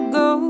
go